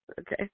Okay